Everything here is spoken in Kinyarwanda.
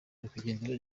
nyakwigendera